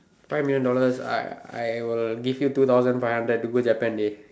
five million dollars I I will give you thousand five hundred to go Japan dey